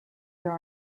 there